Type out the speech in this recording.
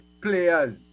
players